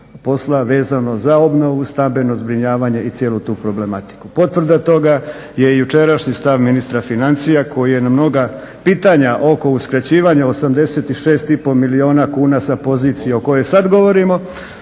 posla vezano za obnovu, stambeno zbrinjavanje i cijelu tu problematiku. Potvrda toga je i jučerašnji stav ministra financija koji je na mnoga pitanja oko uskraćivanja 86,5 milijuna kuna sa pozicije o kojoj sada govorimo